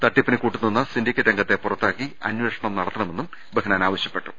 തട്ടിപ്പിന് കൂട്ടുനിന്ന സിൻഡിക്കേറ്റ് അംഗത്തെ പുറത്താക്കി അന്വേഷണം നട ത്തണമെന്നും ബെഹനാൻ ആവശ്യപ്പെട്ടു